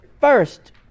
First